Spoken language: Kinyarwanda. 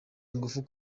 ingufu